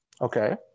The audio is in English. okay